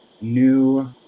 new